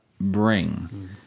bring